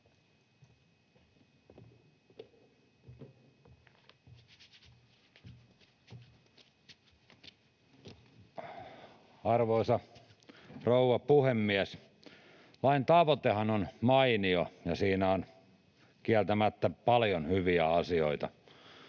Arvoisa rouva puhemies! Lain tavoitehan on mainio, ja siinä on kieltämättä paljon hyviä asioita.